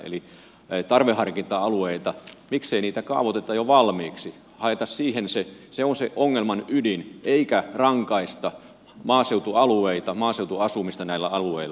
eli miksei tarveharkinta alueita kaavoiteta jo valmiiksi kun se on se ongelman ydin eikä niin että rangaistaan maaseutualueita maaseutuasumista näillä alueilla